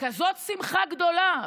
כזו שמחה גדולה,